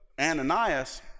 Ananias